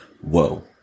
Whoa